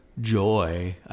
joy